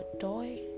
toy